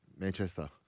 Manchester